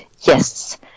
yes